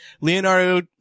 Leonardo